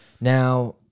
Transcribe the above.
Now